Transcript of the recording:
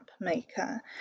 maker